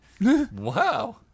Wow